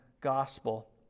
Gospel